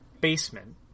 basement